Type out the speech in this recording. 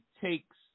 takes